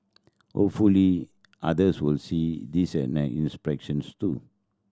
hopefully others will see this an inspections too